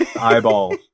eyeballs